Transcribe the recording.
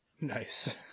Nice